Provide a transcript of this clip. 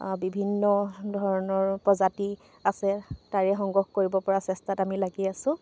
বিভিন্ন ধৰণৰ প্ৰজাতি আছে তাৰে সংগ্ৰহ কৰিব পৰা চেষ্টাত আমি লাগি আছো